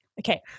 Okay